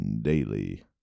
daily